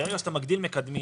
כאשר מגדילים מקדמים